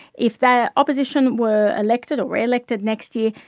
if the opposition were elected or elected next year,